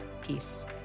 Peace